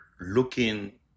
looking